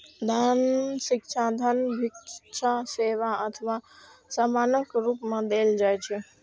दान शिक्षा, धन, भिक्षा, सेवा अथवा सामानक रूप मे देल जाइ छै